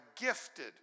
gifted